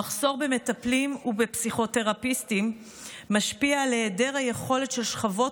המחסור במטפלים ופסיכותרפיסטים משפיע על היעדר היכולת של שכבות